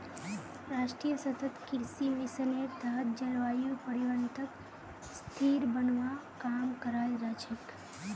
राष्ट्रीय सतत कृषि मिशनेर तहत जलवायु परिवर्तनक स्थिर बनव्वा काम कराल जा छेक